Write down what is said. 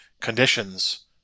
conditions